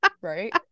right